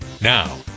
Now